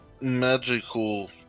magical